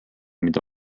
mida